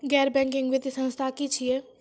गैर बैंकिंग वित्तीय संस्था की छियै?